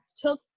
took